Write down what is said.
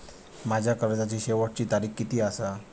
माझ्या कर्जाची शेवटची तारीख किती आसा?